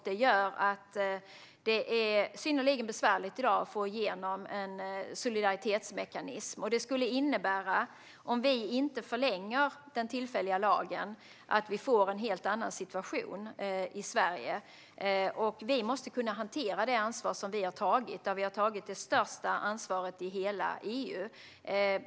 Det gör att det är synnerligen besvärligt att få igenom en solidaritetsmekanism. Om vi inte förlänger den tillfälliga lagen skulle det innebära att vi får en helt annan situation i Sverige. Vi måste kunna hantera det ansvar som vi har tagit, och vi har tagit det största ansvaret i hela EU.